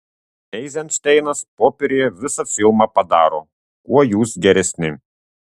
eizenšteinas popieriuje visą filmą padaro kuo jūs geresni